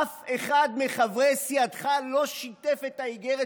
אף אחד מחברי סיעתך לא שיתף את האיגרת,